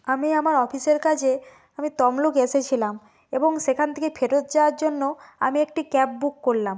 আমি আমার অফিসের কাজে আমি তমলুক এসেছিলাম এবং সেখান থেকে ফেরত যাওয়ার জন্য আমি একটি ক্যাব বুক করলাম